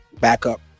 Backup